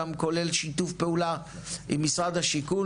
גם כולל שיתוף פעולה עם משרד השיכון,